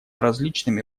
различными